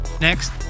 Next